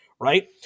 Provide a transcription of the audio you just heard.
right